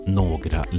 några